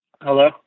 Hello